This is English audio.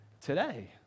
today